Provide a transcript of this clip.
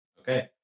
Okay